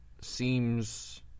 seems